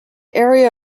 area